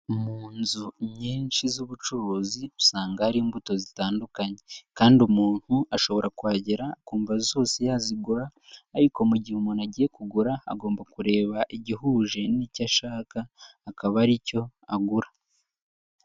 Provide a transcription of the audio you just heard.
Mu nzu nyinshi z'ubucuruzi usanga hari imbuto zitandukanye, kandi umuntu ashobora kuhagera akumva zose yazigura ariko mu gihe umuntu agiye kugura agomba kureba igihuje n'icyo ashaka akaba ari cyo agura.